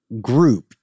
group